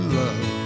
love